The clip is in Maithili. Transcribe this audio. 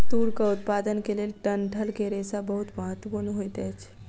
तूरक उत्पादन के लेल डंठल के रेशा बहुत महत्वपूर्ण होइत अछि